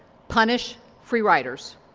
punish free riders.